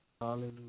Hallelujah